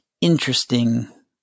interesting